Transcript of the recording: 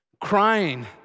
crying